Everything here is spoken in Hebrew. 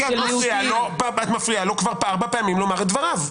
כי את מפריעה לו כבר ארבע פעמים לומר את דבריו.